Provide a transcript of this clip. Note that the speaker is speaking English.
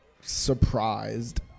surprised